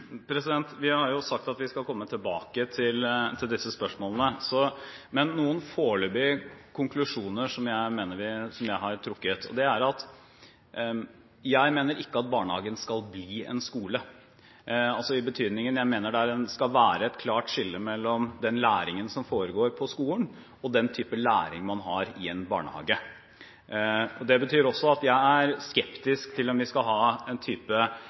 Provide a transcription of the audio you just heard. Vi har sagt at vi skal komme tilbake til disse spørsmålene, men noen foreløpige konklusjoner har jeg trukket. Jeg mener ikke at barnehagen skal bli en skole, og det skal være et klart skille mellom den læringen som foregår på skolen, og den type læring man har i en barnehage. Jeg er skeptisk til at vi skal ha en type